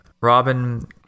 Robin